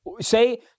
say